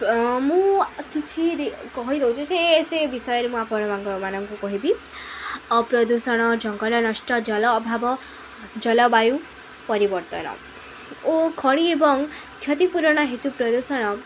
ମୁଁ କିଛି କହିଦଉଛି ସେ ସେ ବିଷୟରେ ମୁଁ ଆପଣମାନଙ୍କୁ କହିବି ପ୍ରଦୂଷଣ ଜଙ୍ଗଲ ନଷ୍ଟ ଜଲ ଅଭାବ ଜଲବାୟୁ ପରିବର୍ତ୍ତନ ଓ ଖଡ଼ି ଏବଂ କ୍ଷତିପୁରଣ ହେତୁ ପ୍ରଦୂଷଣ